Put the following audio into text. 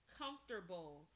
comfortable